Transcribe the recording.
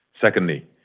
Secondly